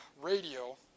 radio